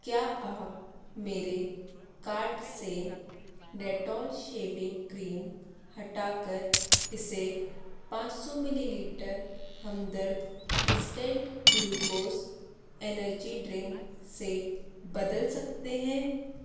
क्या आप मेरे कार्ट से डेटॉल शेविंग क्रीम हटाकर इसे पाँच सौ millilitre Hamdard instant glucose energy drink से बदल सकते हैं